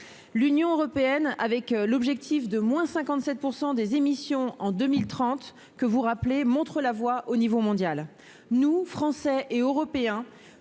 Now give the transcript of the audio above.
L'Union européenne, avec l'objectif de-57 % des émissions en 2030, que vous avez rappelé, montre la voie au niveau mondial. Nous, Français et Européens,